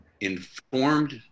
informed